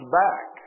back